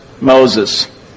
Moses